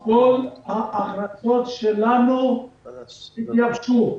כל ההכנסות שלנו התייבשו: